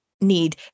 need